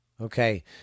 Okay